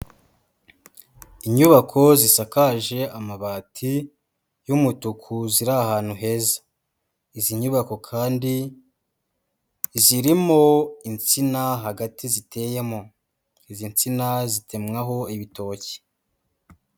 Inyubako zisakaje amabati y'umutuku, ziri ahantu heza, izi nyubako kandi zirimo insina hagati ziteyemo, izi nsina zitemwaho ibitoki.